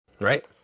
Right